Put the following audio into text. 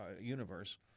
universe